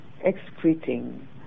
excreting